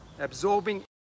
absorbing